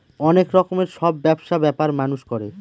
অনেক রকমের সব ব্যবসা ব্যাপার মানুষ করে